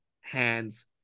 hands